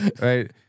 right